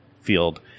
field